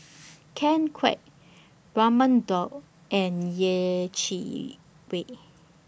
Ken Kwek Raman Daud and Yeh Chi Wei